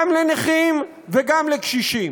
גם לנכים וגם לקשישים.